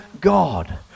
God